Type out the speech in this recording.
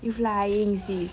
you flying sis